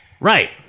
Right